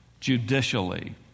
judicially